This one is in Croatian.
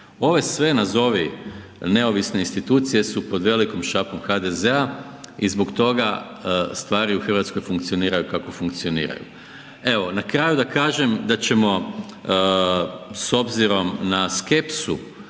Ove sve nazovi neovisne institucije su pod velikom šapom HDZ-a i zbog toga stvari u Hrvatskoj funkcioniraju kako funkcioniraju. Evo, na kraju da kažem da ćemo s obzirom na skepsu,